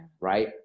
right